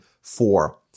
four